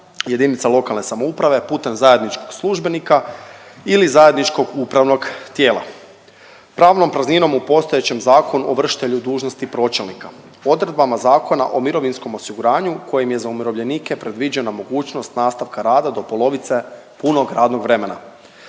funkcionalnog spajanja JLS putem zajedničkog službenika ili zajedničkog upravnog tijela, pravnom prazninom u postojećem Zakonu o vršitelju dužnosti pročelnika, odredbama Zakona o mirovinskom osiguranju kojim je za umirovljenike predviđena mogućnost nastavka rada do polovice punog radnog vremena,